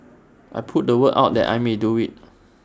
I put the word out that I may do IT